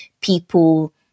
people